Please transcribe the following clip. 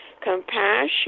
compassion